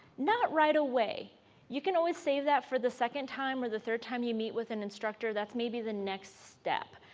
not right away you can always save that for the second time or the third time you meet with an instructor, that's may be the next step.